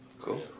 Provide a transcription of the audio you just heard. Cool